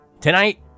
Tonight